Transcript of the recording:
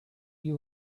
you